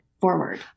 forward